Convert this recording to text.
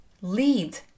lead